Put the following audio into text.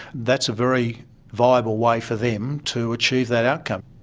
that's a very viable way for them to achieve that outcome.